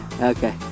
Okay